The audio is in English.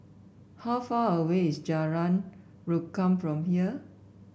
how far away is Jalan Rukam from here